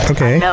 Okay